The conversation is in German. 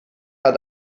hat